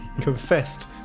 confessed